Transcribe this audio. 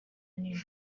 nini